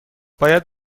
باید